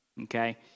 okay